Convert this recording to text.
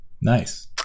Nice